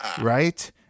right